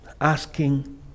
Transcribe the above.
Asking